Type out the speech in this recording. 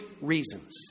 reasons